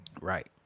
Right